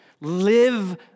Live